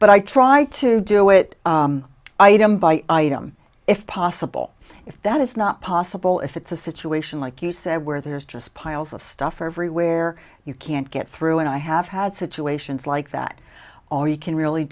but i try to do it item by item if possible if that is not possible if it's a situation like you said where there's just piles of stuff everywhere you can't get through and i have had situations like that all you can really